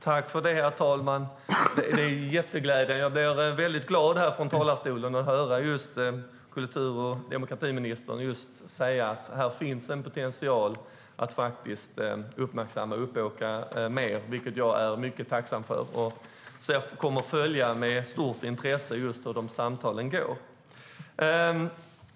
Herr talman! Detta är mycket glädjande. Jag blir glad här i talarstolen över att höra kultur och demokratiministern säga att det finns potential att uppmärksamma Uppåkra mer. Det är jag mycket tacksam för. Jag kommer att följa med stort intresse hur samtalen går.